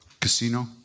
Casino